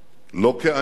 לא כענישה